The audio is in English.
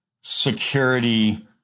security